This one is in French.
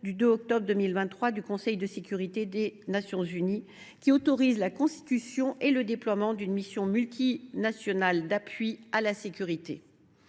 du 2 octobre 2023 du Conseil de sécurité des Nations unies, qui autorise la constitution et le déploiement d’une mission multinationale d’appui à la sécurité.